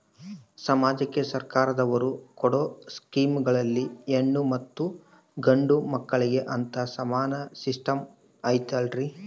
ಸಮಾಜಕ್ಕೆ ಸರ್ಕಾರದವರು ಕೊಡೊ ಸ್ಕೇಮುಗಳಲ್ಲಿ ಹೆಣ್ಣು ಮತ್ತಾ ಗಂಡು ಮಕ್ಕಳಿಗೆ ಅಂತಾ ಸಮಾನ ಸಿಸ್ಟಮ್ ಐತಲ್ರಿ?